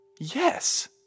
yes